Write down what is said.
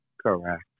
Correct